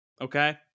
okay